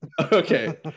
okay